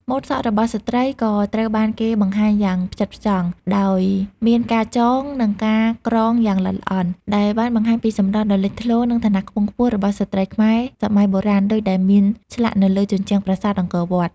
ម៉ូដសក់របស់ស្ត្រីក៏ត្រូវបានគេបង្ហាញយ៉ាងផ្ចិតផ្ចង់ ដោយមានការចង និងការក្រងយ៉ាងល្អិតល្អន់ ដែលបានបង្ហាញពីសម្រស់ដ៏លេចធ្លោ និងឋានៈខ្ពង់ខ្ពស់របស់ស្ត្រីខ្មែរសម័យបុរាណដូចដែលមានឆ្លាក់នៅលើជញ្ជាំងប្រាសាទអង្គរ។